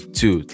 two